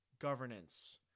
governance